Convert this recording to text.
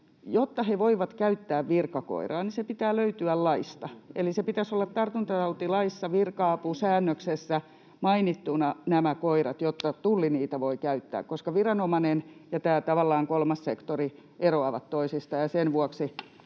Jotta he voivat käyttää virkakoiraa, se pitää löytyä laista. Eli nämä koirat pitää olla mainittuna tartuntatautilaissa virka-apusäännöksessä, jotta Tulli niitä voi käyttää. Viranomainen ja tämä tavallaan kolmas sektori eroavat toisistaan, ja sen vuoksi